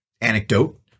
anecdote